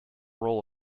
role